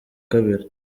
kabiri